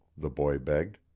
the boy begged.